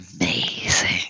amazing